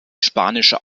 spanische